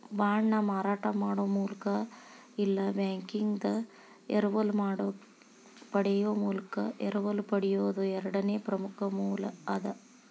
ಬಾಂಡ್ನ ಮಾರಾಟ ಮಾಡೊ ಮೂಲಕ ಇಲ್ಲಾ ಬ್ಯಾಂಕಿಂದಾ ಎರವಲ ಪಡೆಯೊ ಮೂಲಕ ಎರವಲು ಪಡೆಯೊದು ಎರಡನೇ ಪ್ರಮುಖ ಮೂಲ ಅದ